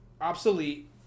Obsolete